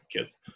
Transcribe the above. kids